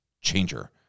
changer